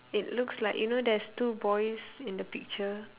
it looks like you know there's two boys in the picture